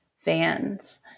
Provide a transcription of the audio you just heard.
fans